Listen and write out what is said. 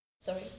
sorry